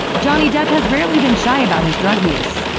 johnny depp has rarely been shy about his drug use.